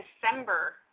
December